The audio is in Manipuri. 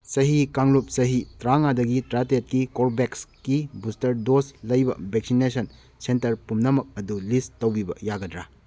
ꯆꯍꯤ ꯀꯥꯡꯂꯨꯞ ꯆꯍꯤ ꯇꯔꯥꯃꯉꯥꯗꯒꯤ ꯇꯔꯥꯇꯦꯠꯀꯤ ꯀꯣꯔꯚꯦꯛꯔ꯭ꯀꯤ ꯕꯨꯁꯇꯔ ꯗꯣꯖ ꯂꯩꯕ ꯚꯦꯛꯁꯤꯅꯦꯁꯟ ꯁꯦꯟꯇꯔ ꯄꯨꯝꯅꯃꯛ ꯑꯗꯨ ꯂꯤꯁ ꯇꯧꯕꯤꯕ ꯌꯥꯒꯗ꯭ꯔꯥ